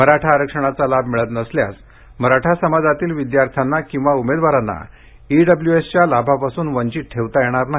मराठा आरक्षणाचा लाभ मिळत नसल्यास मराठा समाजातील विद्यार्थ्यांना किंवा उमेदवारांना ईडब्ल्यूएसच्या लाभापासून वंचित ठेवता येणार नाही